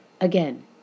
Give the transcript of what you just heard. Again